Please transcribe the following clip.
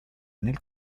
nel